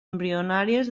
embrionàries